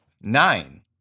Nine